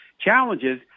challenges